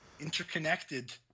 interconnected